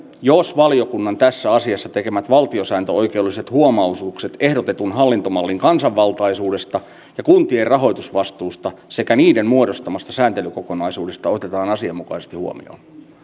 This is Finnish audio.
jos valiokunnan tässä asiassa tekemät valtiosääntöoikeudelliset huomautukset ehdotetun hallintomallin kansanvaltaisuudesta ja kuntien rahoitusvastuusta sekä niiden muodostamasta sääntelykokonaisuudesta otetaan asianmukaisesti huomioon